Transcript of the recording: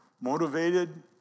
motivated